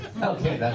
Okay